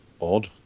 odd